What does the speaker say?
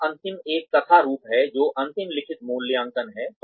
यहाँ अंतिम एक कथा रूप है जो अंतिम लिखित मूल्यांकन है